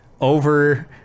Over